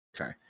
Okay